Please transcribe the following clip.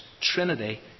Trinity